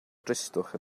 dristwch